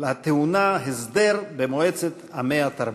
הטעונה הסדר במועצת עמי התרבות".